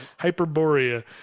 Hyperborea